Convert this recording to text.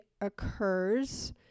occurs